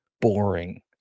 boring